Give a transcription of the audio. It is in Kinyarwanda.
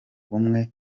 bumwe